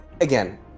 again